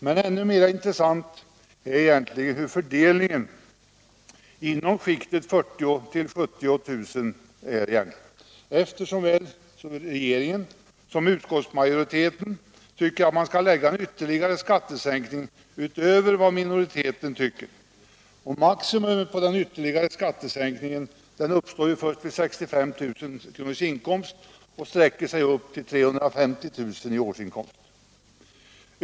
Men ännu mera intressant är egentligen hur fördelningen är inom skiktet 40 000-70 000 kr., eftersom såväl regeringen som utskottsmajoriteten tycker att man kan genomföra en ytterligare skattesänkning utöver vad minoriteten anser. Denna ytterligare skattesänkning når sitt maximum först vid 65 000 kr. inkomst och den sträcker sig upp till 350 000 kr. årsinkomst.